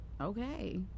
okay